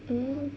mmhmm